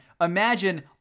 Imagine